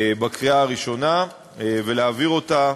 בקריאה הראשונה ולהעביר אותה,